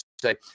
say